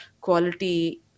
quality